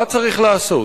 מה צריך לעשות?